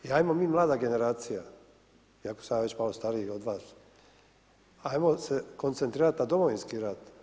I ajmo mi mlada generacija, iako sam ja već malo stariji od vas, ajmo se koncentrirati na Domovinski rat.